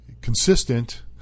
consistent